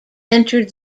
entered